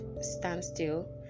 standstill